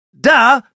Duh